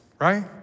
right